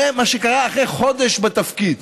זה מה שקרה אחרי חודש בתפקיד.